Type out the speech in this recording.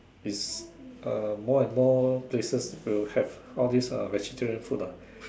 it's uh more and more places will have all these uh vegetarian food lah